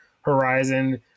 Horizon